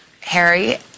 harry